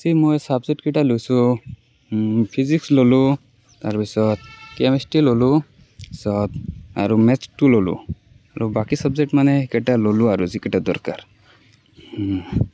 মই চাবজেক্টকিটা লৈছোঁ ফিজিক্স লৈছোঁ তাৰপিছত কেমেষ্ট্ৰী ল'লো তাৰপিছত আৰু মেটছটো ল'লো বাকী চাবজেক্ট মানে সেইকেইটা ল'লো আৰু যিকেইটা দৰকাৰ